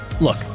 Look